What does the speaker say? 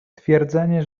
twierdzenie